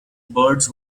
birds